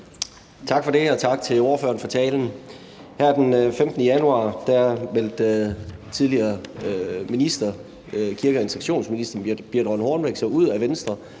Tak for det, og tak til ordføreren for talen. Her den 15. januar meldte tidligere kirke- og integrationsminister Birthe Rønn Hornbech sig ud af Venstre,